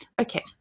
Okay